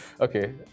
Okay